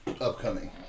Upcoming